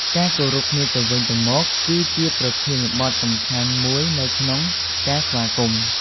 ការគោរពគ្នាទៅវិញទៅមក គឺជាប្រធានបទសំខាន់មួយនៅក្នុងការស្វាគមន៍។